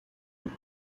and